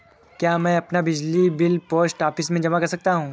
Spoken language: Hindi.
क्या मैं अपना बिजली बिल पोस्ट ऑफिस में जमा कर सकता हूँ?